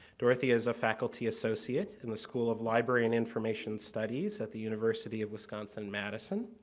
dorothea is a faculty associate in the school of library and information studies at the university of wisconsin madison.